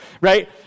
right